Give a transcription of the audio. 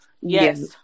Yes